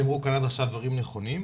הדברים שנאמרו כאן הם דברים נכונים,